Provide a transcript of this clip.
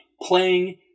playing